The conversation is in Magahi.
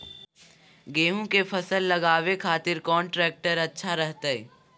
गेहूं के फसल लगावे खातिर कौन ट्रेक्टर अच्छा रहतय?